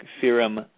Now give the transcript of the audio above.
Serum